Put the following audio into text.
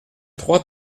trois